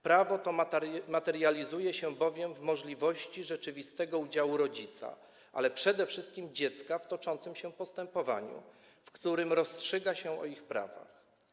Prawo to materializuje się bowiem w możliwości rzeczywistego udziału rodzica, ale przede wszystkim dziecka w toczącym się postępowaniu, w którym rozstrzyga się o ich prawach.